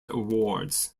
awards